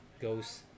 goes